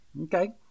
Okay